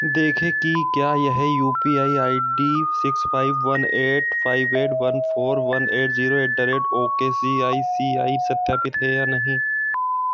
देखें की क्या यह U P I I D six five one eight five eight one four one eight zero at the rate okay C I C I सत्यापित है या नहीं